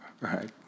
right